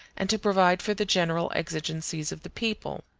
and to provide for the general exigencies of the people.